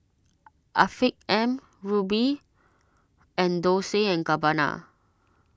Afiq M Rubi and Dolce and Gabbana